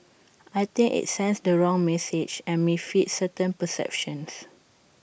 I think IT sends the wrong message and may feed certain perceptions